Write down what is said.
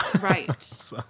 Right